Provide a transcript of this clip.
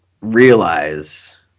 realize